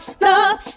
love